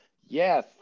Yes